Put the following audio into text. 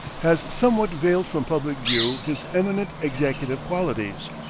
has somewhat veiled from public view his eminent executive qualities,